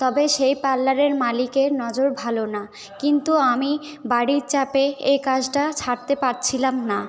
তবে সেই পার্লারের মালিকের নজর ভালো না কিন্তু আমি বাড়ির চাপে এ কাজটা ছাড়তে পারছিলাম না